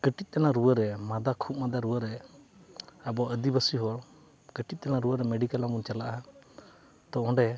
ᱠᱟᱹᱴᱤᱡ ᱪᱟᱞᱟᱝ ᱨᱩᱣᱟᱹ ᱨᱮ ᱠᱷᱩᱜ ᱢᱟᱫᱟ ᱨᱩᱣᱟᱹ ᱨᱮ ᱟᱵᱚ ᱟᱹᱫᱤᱵᱟᱹᱥᱤ ᱦᱚᱲ ᱠᱟᱹᱴᱤᱡ ᱪᱮᱞᱟᱝ ᱨᱩᱣᱟᱹ ᱨᱮ ᱢᱮᱰᱤᱠᱮᱞ ᱵᱚᱱ ᱪᱟᱞᱟᱜᱼᱟ ᱛᱚ ᱚᱸᱰᱮ